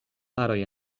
haroj